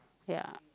ya